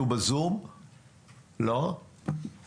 אני